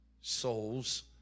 souls